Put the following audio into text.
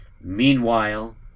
Meanwhile